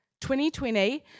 2020